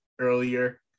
earlier